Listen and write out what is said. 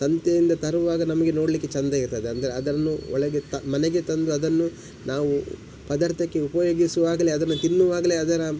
ಸಂತೆಯಿಂದ ತರುವಾಗ ನಮಗೆ ನೋಡಲಿಕ್ಕೆ ಚಂದ ಇರ್ತದೆ ಅಂದರೆ ಅದನ್ನು ಒಳಗೆ ತ ಮನೆಗೆ ತಂದು ಅದನ್ನು ನಾವು ಪದಾರ್ಥಕ್ಕೆ ಉಪಯೋಗಿಸುವಾಗಲೆ ಅದನ್ನು ತಿನ್ನುವಾಗಲೆ ಅದರ